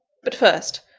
but, first,